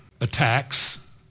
attacks